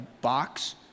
box